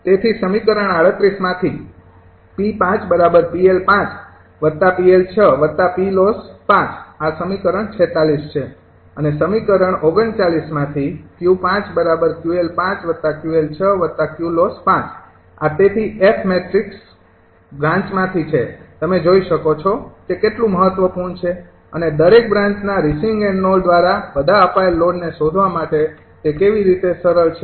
તેથી સમીકરણ ૩૮ માંથી આ સમીકરણ ૪૬ છે અને સમીકરણ ૩૯ માંથી આ તેથી f મેટ્રિક્સ બ્રાન્ચમાંથી છે તમે જોઈ શકો છો કે તે કેટલું મહત્વપૂર્ણ છે અને દરેક બ્રાન્ચના રિસીવિંગ એન્ડ નોડ દ્વારા બધા અપાયેલ લોડને શોધવા માટે તે કેવી રીતે સરળ છે